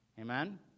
Amen